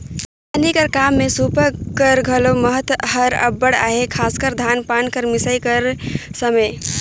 किसानी काम मे सूपा कर घलो महत हर अब्बड़ अहे, खासकर धान पान कर मिसई कर समे